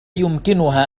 يمكنها